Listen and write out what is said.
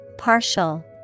Partial